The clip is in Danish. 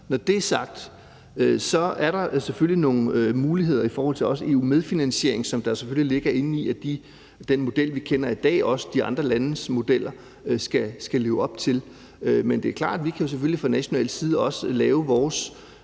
Når det er sagt, er der selvfølgelig også nogle muligheder forhold til EU-medfinansiering, som der selvfølgelig ligger i den model, vi kender i dag, og som de andre landes modeller også skal leve op til. Det er klart, at vi selvfølgelig fra national side også kan lave vores